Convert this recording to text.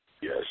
Yes